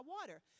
water